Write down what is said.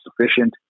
sufficient